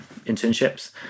internships